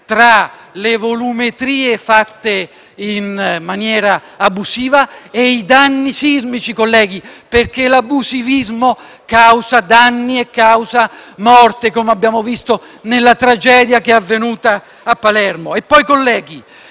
tra le volumetrie fatte in maniera abusiva e i danni sismici, perché l’abusivismo causa danni e causa morte, come abbiamo visto nella tragedia che è avvenuta a Palermo.